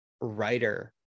writer